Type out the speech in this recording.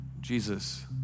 Jesus